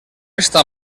està